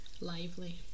lively